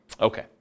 Okay